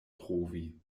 trovi